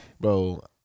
bro